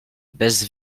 bez